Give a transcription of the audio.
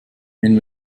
wenn